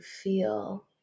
feel